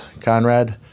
Conrad